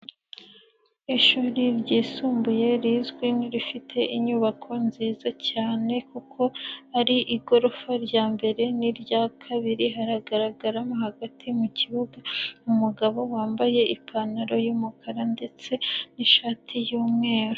Ishuri ryisumbuye rizwi rifite inyubako nziza cyane kuko ari igorofa rya mbere n'irya kabiri haragaragaramo hagati mu kibuga umugabo wambaye ipantaro y'umukara ndetse n'ishati y'umweru.